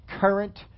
current